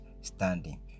standing